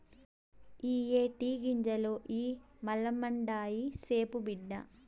ఇయ్యే టీ గింజలు ఇ మల్పండాయి, సెప్పు బిడ్డా